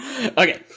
Okay